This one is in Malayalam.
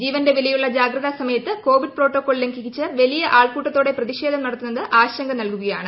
ജീവന്റെ വിലയുള്ള ജാഗ്രതൃസ്മൂയത്ത് കോവിഡ് പ്രോട്ടോകോൾ ലംഘിച്ച് വലിയ ആൾക്കുട്ടത്തോടെ പ്രതിഷേധം നടത്തുന്നത് ആശങ്ക നൽകുകയാണ്